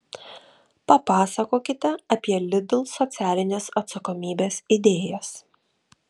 papasakokite apie lidl socialinės atsakomybės idėjas